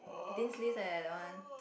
dean's list eh that one